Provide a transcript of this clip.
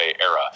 era